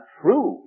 true